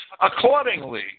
Accordingly